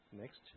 Next